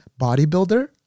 bodybuilder